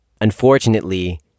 Unfortunately